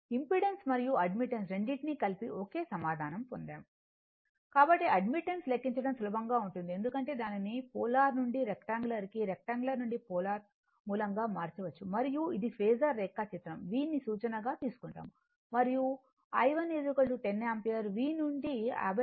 కాబట్టి ఇంపెడెన్స్ మరియు అడ్మిటెన్స్ రెండింటినీ కలిపి ఒకే సమాధానం పొందాము కాబట్టి అడ్మిటెన్స్ లెక్కించడం సులభంగా ఉంటుంది ఎందుకంటే దానిని పోలార్ నుండి రెక్టాన్గులార్ కి మరియు రెక్టాన్గులార్ నుండి పోలార్ కి సులభంగా మార్చవచ్చు మరియు ఇది ఫేసర్ రేఖాచిత్రం V ను సూచన గా తీసుకుంటాము మరియు I1 10 యాంపియర్ V నుండి 53